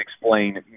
explain